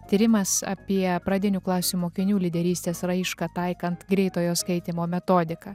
tyrimas apie pradinių klasių mokinių lyderystės raišką taikant greitojo skaitymo metodiką